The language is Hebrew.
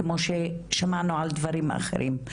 כמו ששמענו על דברים אחרים,